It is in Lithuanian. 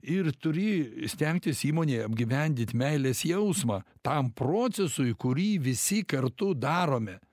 ir turi stengtis įmonėj apgyvendit meilės jausmą tam procesui kurį visi kartu darome